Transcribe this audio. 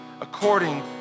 according